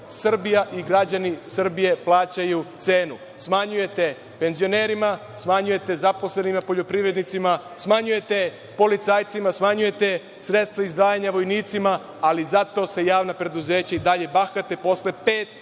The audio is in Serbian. Srbija i građani Srbije plaćaju cenu. Smanjujete penzionerima, smanjujete zaposlenima, poljoprivrednicima, smanjujte policajcima, smanjujete sredstava izdvajanja vojnicima, ali zato se javna preduzeća i dalje bahate posle pet